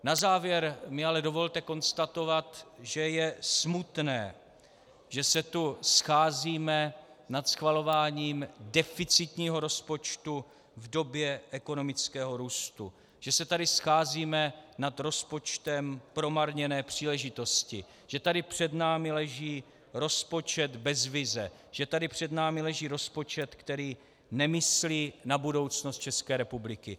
Na závěr mi ale dovolte konstatovat, že je smutné, že se tu scházíme nad schvalováním deficitního rozpočtu v době ekonomického růstu, že se tady scházíme nad rozpočtem promarněné příležitosti, že tady před námi leží rozpočet bez vize, že tady před námi leží rozpočet, který nemyslí na budoucnost České republiky.